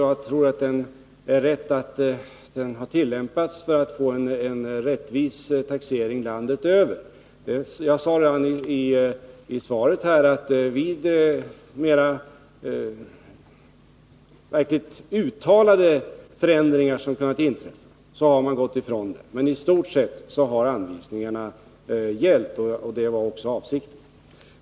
Jag tror också att det är riktigt att reglerna har tillämpats, så att vi får en rättvis taxering landet över.